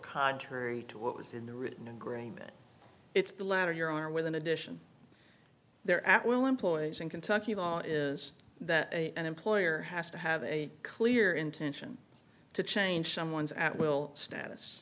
contrary to what was in the written agreement it's the latter you're are with an addition there at will employees in kentucky law is that an employer has to have a clear intention to change someone's at will status